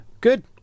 Good